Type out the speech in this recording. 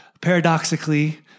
paradoxically